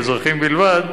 ובאזרחים בלבד,